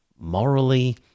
morally